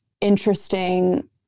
interesting